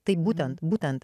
taip būtent būtent